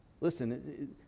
Listen